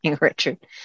Richard